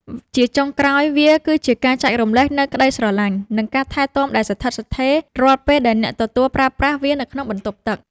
ជាចុងក្រោយ វាគឺជាការចែករំលែកនូវក្ដីស្រឡាញ់ និងការថែទាំដែលស្ថិតស្ថេររាល់ពេលដែលអ្នកទទួលប្រើប្រាស់វានៅក្នុងបន្ទប់ទឹក។